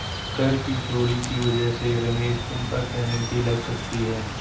कर की चोरी की वजह से रमेश तुम पर पेनल्टी लग सकती है